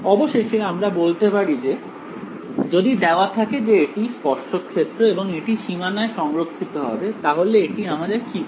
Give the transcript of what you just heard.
অবশেষে আমরা বলতে পারি যে যদি দেওয়া থাকে যে এটি স্পর্শক ক্ষেত্র এবং এটি সীমানায় সংরক্ষিত হবে তাহলে এটি আমাদের কি বলে